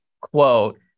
quote